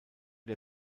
der